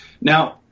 Now